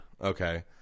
Okay